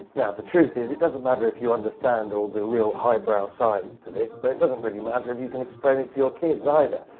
now the truth is, it doesn't matter if you understand all the real high brow science to this. but it doesn't really matter if you can explain it to your kids either.